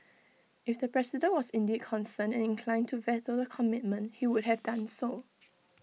if the president was indeed concerned and inclined to veto the commitment he would have done so